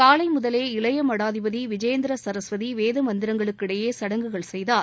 காலை முதலே இளைய மடாதிபதி விஜயேந்திர சரஸ்வதி வேத மந்திரங்களுக்கு இடையே சடங்குகள் செய்தார்